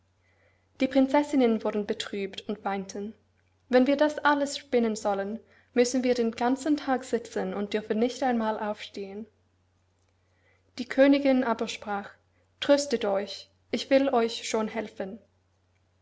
die prinzessinnen wurden betrübt und weinten wenn wir das alles spinnen sollen müssen wir den ganzen tag sitzen und dürfen nicht einmal aufstehen die königin aber sprach tröstet euch ich will euch schon helfen